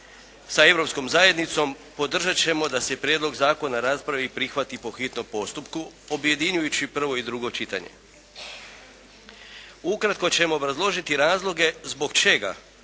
sa Europskom zajednicom podržat ćemo da se prijedlog zakona raspravi i prihvati po hitnom postupku, objedinjujući prvo i drugo čitanje. Ukratko ćemo obrazložiti razloge zbog čega